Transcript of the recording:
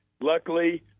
luckily